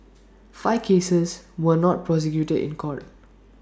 five cases were not prosecuted in court